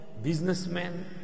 businessmen